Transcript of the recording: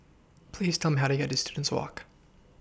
Please Tell Me How to get to Students Walk